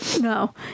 No